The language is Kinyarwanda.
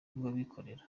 rw’abikorera